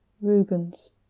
Rubens